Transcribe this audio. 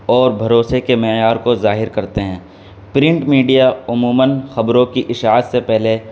اور بھروسے کے معیار کو ظاہر کرتے ہیں پرنٹ میڈیا عموماً خبروں کی اشاعت سے پہلے